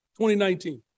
2019